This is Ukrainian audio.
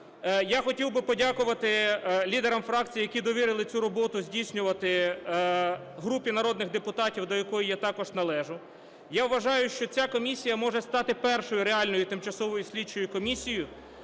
Я хотів би подякувати лідерам фракцій, які довірили цю роботу здійснювати групі народних депутатів, до якої я також належу. Я вважаю, що ця комісія може стати першою реальною тимчасовою слідчою комісією,